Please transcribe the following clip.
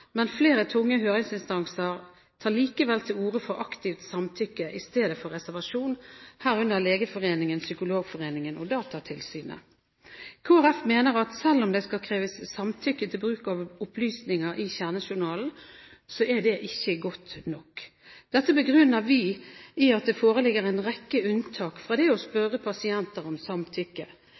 men flere tunge høringsinstanser tar likevel til orde for aktivt samtykke i stedet for reservasjon, herunder Legeforeningen, Psykologforeningen og Datatilsynet. Kristelig Folkeparti mener at selv om det skal kreves samtykke til bruk av opplysninger i kjernejournalen, er dette ikke godt nok. Dette begrunner vi i at det foreligger en rekke unntak fra det å spørre pasienter om samtykke.